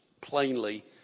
plainly